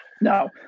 No